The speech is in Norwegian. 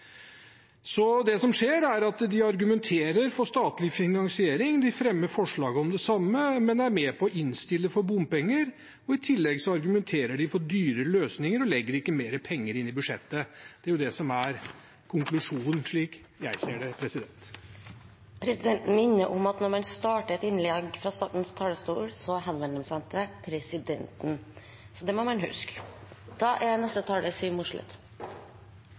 Det som skjer, er at de argumenterer for statlig finansiering, de fremmer forslag om det samme, men er med på å innstille for bompenger, og i tillegg argumenterer de for dyre løsninger og legger ikke mer penger inn i budsjettet. Det er det som er konklusjonen, slik jeg ser det. Representanten Bengt Fasteraune har framført Senterpartiets stilling i denne saken på en utmerket måte, så jeg trenger ikke å legge til